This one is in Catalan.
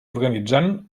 organitzant